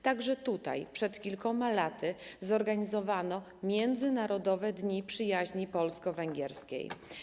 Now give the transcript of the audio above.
Także tutaj przed kilkoma laty zorganizowano międzynarodowe dni przyjaźni polsko-węgierskiej.